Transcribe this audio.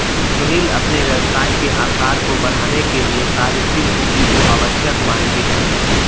सुनील अपने व्यवसाय के आकार को बढ़ाने के लिए कार्यशील पूंजी को आवश्यक मानते हैं